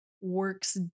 works